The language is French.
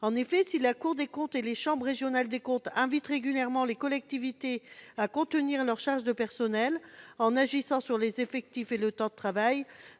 En effet, si la Cour des comptes et les chambres régionales des comptes invitent régulièrement les collectivités à contenir leurs charges de personnel en agissant sur les effectifs et le temps de travail,